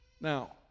now